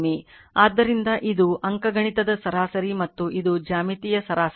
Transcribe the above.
ಆದ್ದರಿಂದ ಇದು ಅಂಕಗಣಿತದ ಸರಾಸರಿ ಮತ್ತು ಇದು ಜ್ಯಾಮಿತೀಯ ಸರಾಸರಿ